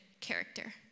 character